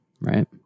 Right